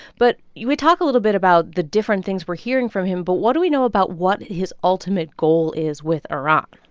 but we talk a little bit about the different things we're hearing from him. but what do we know about what his ultimate goal is with iran?